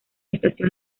estación